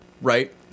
Right